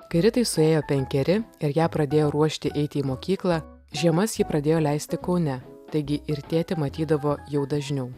kai ritai suėjo penkeri ir ją pradėjo ruošti eiti į mokyklą žiemas ji pradėjo leisti kaune taigi ir tėtį matydavo jau dažniau